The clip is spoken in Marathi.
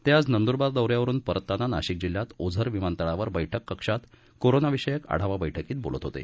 ते आज नंदूरबार दौऱ्यावरून परतताना नाशिक जिल्ह्यात ओझर विमानतळावर बैठक कक्षात कोरोना विषयक आढावा बैठकीत बोलत होते